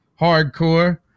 Hardcore